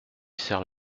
serre